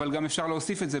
אבל גם אפשר להוסיף את זה,